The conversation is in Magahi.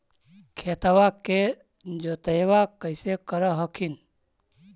खेतबा के जोतय्बा कैसे कर हखिन?